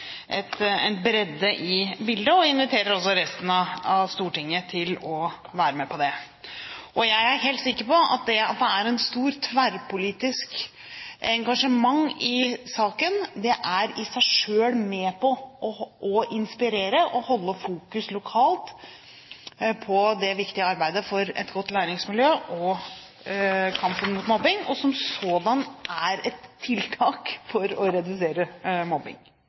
bredde i bildet, og inviterer også resten av Stortinget til å være med på det. Jeg er helt sikker på at det at det er et stort tverrpolitisk engasjement i saken, i seg selv er med på å inspirere og holde fokus lokalt på det viktige arbeidet for et godt læringsmiljø og kampen mot mobbing – og som sådan er et tiltak for å redusere